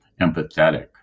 empathetic